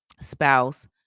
spouse